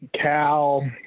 Cal